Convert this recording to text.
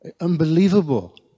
Unbelievable